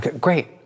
Great